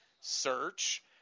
search